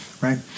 right